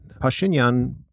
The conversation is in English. Pashinyan